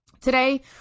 Today